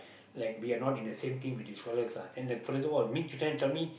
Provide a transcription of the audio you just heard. like they are not in the same team which is fellas lah then the fellas oh !wah! me my friend tell me